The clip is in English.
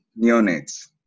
neonates